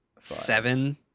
seven